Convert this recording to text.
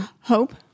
hope